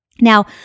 Now